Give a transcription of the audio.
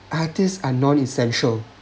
artists are non essential